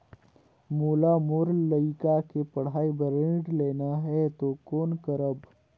मोला मोर लइका के पढ़ाई बर ऋण लेना है तो कौन करव?